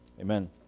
Amen